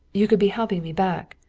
you could be helping me back.